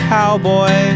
Cowboy